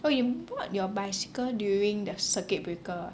oh you bought your bicycle during the circuit breaker ah